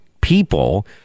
people